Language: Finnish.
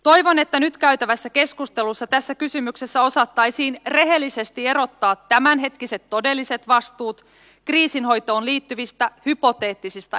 toivon että nyt käytävässä keskustelussa tässä kysymyksessä osattaisiin rehellisesti erottaa tämänhetkiset todelliset vastuut kriisinhoitoon liittyvistä hypoteettisista enimmäissitoumuksista